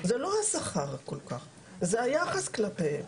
זה לא כל כך היחס אלא היחס כלפיהם,